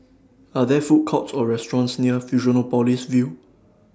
Are There Food Courts Or restaurants near Fusionopolis View